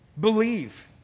believe